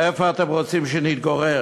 איפה אתם רוצים שנתגורר?